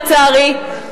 לצערי,